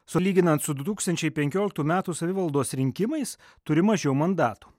sulyginant su du tūkstančiai penkioliktų metų savivaldos rinkimais turi mažiau mandatų